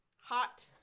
Hot